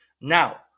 Now